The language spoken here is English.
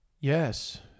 Yes